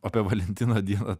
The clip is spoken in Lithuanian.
apie valentino dieną